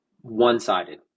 one-sided